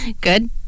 Good